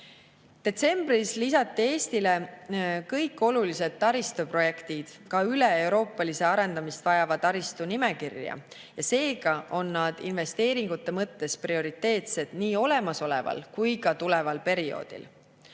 Detsembris lisati kõik Eestile olulised taristuobjektid ka üleeuroopalise arendamist vajava taristu nimekirja ning seega on nad investeeringute mõttes prioriteetsed nii olemasoleval kui ka tuleval perioodil.